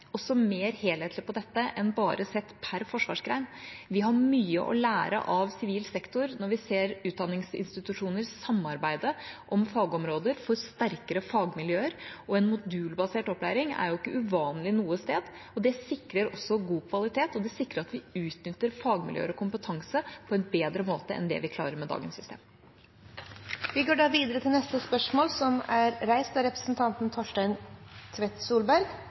mer helhetlig på dette enn bare sett per forsvarsgren. Vi har mye å lære av sivil sektor når vi ser utdanningsinstitusjoner samarbeide om fagområder for å få sterkere fagmiljøer. En modulbasert opplæring er ikke uvanlig noe sted. Det sikrer god kvalitet, og det sikrer at vi utnytter fagmiljøer og kompetanse på en bedre måte enn det vi klarer med dagens system. Vi går da til spørsmål 2. «Under innspurten av